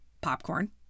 Popcorn